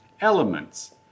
elements